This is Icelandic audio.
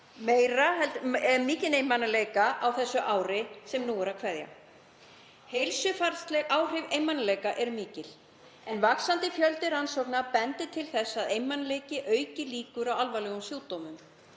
upplifað mikinn einmanaleika á því ári sem nú er að kveðja. Heilsufarsleg áhrif einmanaleika eru mikil en vaxandi fjöldi rannsókna bendir til þess að einmanaleiki auki líkur á alvarlegum sjúkdómum.